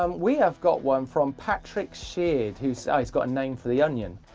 um we have got one from patrick sheard, who's got a name for the onion.